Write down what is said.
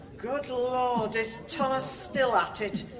good lord, is thomas still at it?